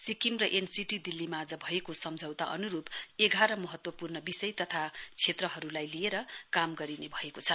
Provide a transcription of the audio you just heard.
सिक्किम र एनसीटी दिल्ली माझ भएको सम्झौता अनुरूप एघार महत्त्वपूर्ण विषय तथा क्षेत्रहरूलाई लिएर काम गरिने भएको छ